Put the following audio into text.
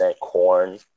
corn